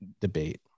debate